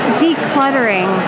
decluttering